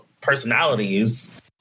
personalities